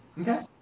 Okay